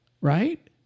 right